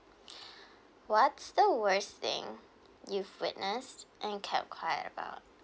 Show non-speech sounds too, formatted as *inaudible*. *breath* what's the worst thing you've witnessed and kept quiet about